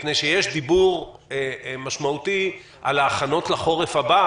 מפני שיש דיבור משמעותי על ההכנות לחורף הבא